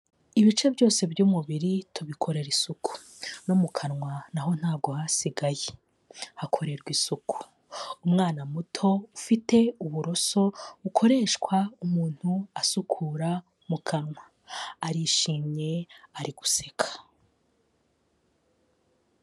Ibice byose by'umubiri tubikorera isuku, no mu kanwa naho ntabwo hasigaye hakorerwa isuku, umwana muto ufite uburoso bukoreshwa umuntu asukura mu kanwa, arishimye ari guseka.